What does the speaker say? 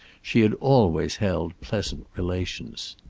she had always held pleasant relations.